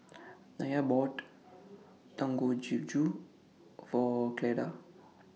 Nya bought Dangojiru For Cleda